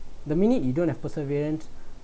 the minute you don't have perseverance